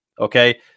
okay